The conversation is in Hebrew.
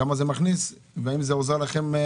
כמה זה מכניס והאם זה עוזר לכם.